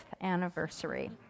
anniversary